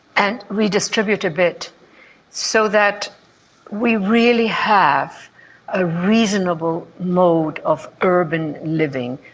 and redistribute a bit so that we really have a reasonable mode of urban living.